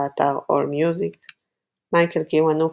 באתר AllMusic מייקל קיוונוקה,